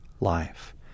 life